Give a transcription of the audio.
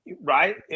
Right